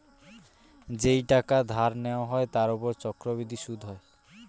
যেই টাকা ধার নেওয়া হয় তার উপর চক্রবৃদ্ধি সুদ হয়